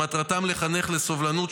שמטרתם לחנך לסובלנות,